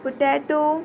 potato